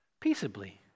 peaceably